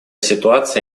ситуация